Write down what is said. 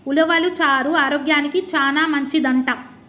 ఉలవలు చారు ఆరోగ్యానికి చానా మంచిదంట